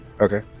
Okay